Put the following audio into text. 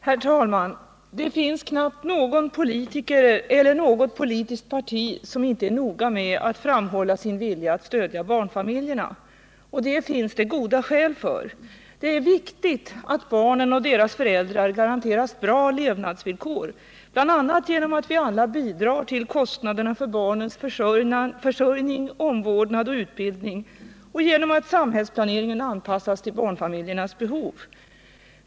Herr talman! Det finns knappast någon politiker eller något politiskt parti som inte är noga med att framhålla sin vilja att stödja barnfamiljerna. Det finns goda skäl för det. Det är viktigt att barnen och deras föräldrar garanteras bra levnadsvillkor, bl.a. genom att vi alla bidrar till kostnaderna för barnens försörjning, omvårdnad och utbildning och genom att samhällsplaneringen anpassas till barnfamiljernas behov.